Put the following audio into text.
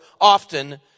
often